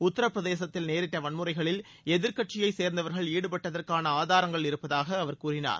உத்திரபிரதேசத்தில் நேரிட்ட வன்முறைகளில் எதிர்கட்சியைச் சேர்ந்தவர்கள் ஈடுபட்டதற்கான ஆதாரங்கள் இருப்பதாக அவர் கூறினார்